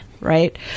Right